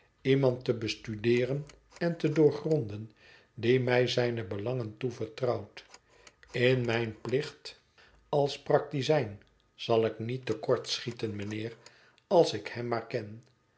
iemand te bestudeeren en te doorgronden die mij zijne belangen toevertrouwt in mijn plicht als prakmijnheer vholes beroepsplicht tizijn zal ik niet te kort schieten mijnheer als ik hem maar ken